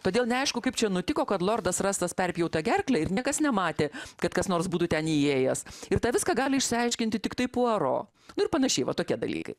todėl neaišku kaip čia nutiko kad lordas rastas perpjauta gerkle ir niekas nematė kad kas nors būtų ten įėjęs ir viską gali išsiaiškinti tiktai puaro ir panašiai va tokie dalykai